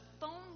phone